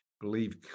believe